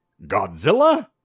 Godzilla